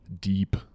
deep